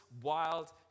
wild